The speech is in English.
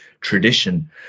tradition